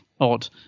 odd